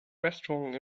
restaurant